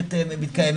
המערכת מתקיימות.